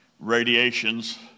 radiations